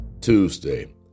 Tuesday